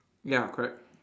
ya correct